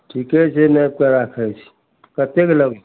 ठीके छै नापि कऽ राखै छी कतेक लेब